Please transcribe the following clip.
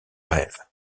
rêves